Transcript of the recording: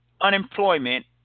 unemployment